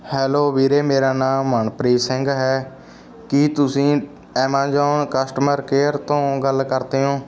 hello ਵੀਰੇ ਮੇਰਾ ਨਾਂ ਮਨਪ੍ਰੀਤ ਸਿੰਘ ਹੈ ਕੀ ਤੁਸੀਂ ਐਮਾਜੋਨ ਕਸਟਮਰ ਕੇਅਰ ਤੋਂ ਗੱਲ ਕਰਦੇ ਹੋ